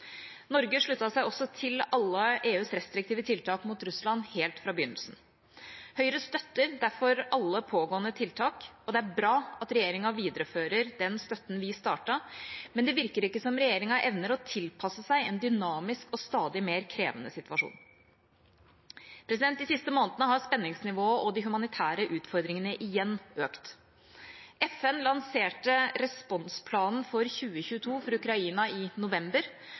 Norge sluttet seg også til alle EUs restriktive tiltak mot Russland helt fra begynnelsen. Høyre støtter derfor alle pågående tiltak, og det er bra at regjeringa viderefører den støtten vi startet, men det virker ikke som regjeringa evner å tilpasse seg en dynamisk og stadig mer krevende situasjon. De siste månedene har spenningsnivået og de humanitære utfordringene igjen økt. FN lanserte responsplanen for 2022 for Ukraina i november.